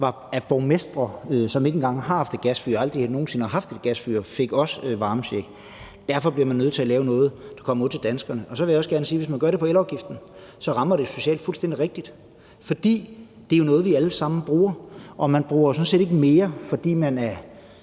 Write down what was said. er borgmestre, og som ikke har eller aldrig nogen sinde har haft et gasfyr, fik også en varmecheck. Derfor bliver man nødt til at lave noget, der kommer ud til danskerne. Så vil jeg også gerne sige, at hvis man gør det med elafgiften, rammer det socialt fuldstændig rigtigt, fordi det jo er noget, vi alle sammen bruger. Og man bruger jo sådan set ikke mere el, fordi man er